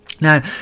Now